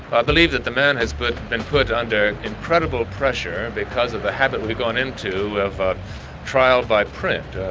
i believe that the man has but been put under incredible pressure because of the habit we've gone into of trial by print,